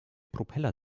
propeller